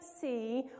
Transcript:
see